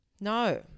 No